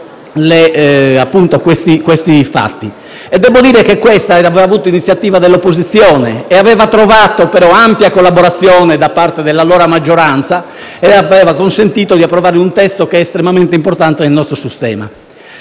questi fatti. Devo dire che questa era stata un'iniziativa dell'opposizione che aveva trovato, però, ampia collaborazione da parte dell'allora maggioranza, il che aveva consentito di approvare un testo che è estremamente importante nel nostro sistema.